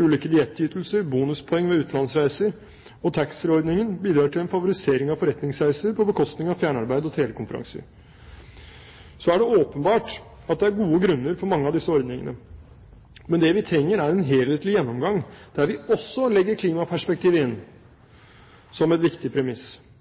Ulike diettytelser, bonuspoeng ved utenlandsreiser og taxfree-ordningen bidrar til en favorisering av forretningsreiser på bekostning av fjernarbeid og telekonferanser. Det er åpenbart at det er gode grunner for mange av disse ordningene. Men det vi trenger er en helhetlig gjennomgang der vi også legger klimaperspektivet inn som et viktig premiss.